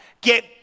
Get